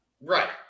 Right